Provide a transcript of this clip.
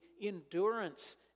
endurance